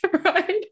right